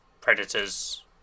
Predators